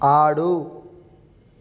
ఆడు